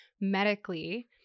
medically